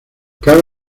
cabe